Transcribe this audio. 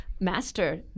Master